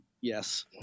Yes